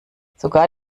sogar